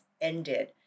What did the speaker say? ended